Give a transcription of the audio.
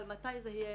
אבל מתי זה יהיה,